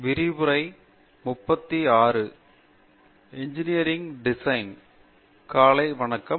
பேராசிரியர் பிரதாப் ஹரிதாஸ் காலை வணக்கம்